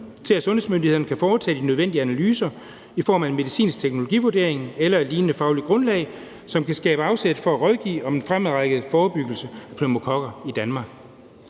til, at sundhedsmyndighederne kan foretage de nødvendige analyser i form af en medicinsk teknologivurdering eller et lignende fagligt grundlag, som kan skabe afsæt for at rådgive om den fremadrettede forebyggelse af pneumokokker i Danmark,